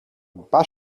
bus